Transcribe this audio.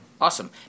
Awesome